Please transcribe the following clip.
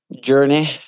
journey